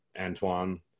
Antoine